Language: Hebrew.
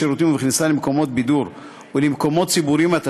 בשירותים ובכניסה למקומות בידור ולמקומות ציבוריים,